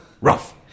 Rough